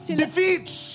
defeats